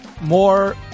more